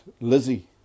Lizzie